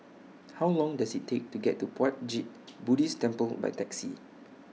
How Long Does IT Take to get to Puat Jit Buddhist Temple By Taxi